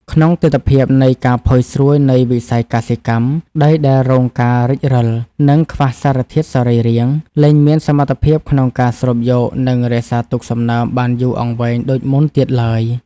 ក្នុងទិដ្ឋភាពនៃភាពផុយស្រួយនៃវិស័យកសិកម្ម ដីដែលរងការរិចរឹល និងខ្វះសារធាតុសរីរាង្គ លែងមានសមត្ថភាពក្នុងការស្រូបយក និងរក្សាទុកសំណើមបានយូរអង្វែងដូចមុនទៀតឡើយ។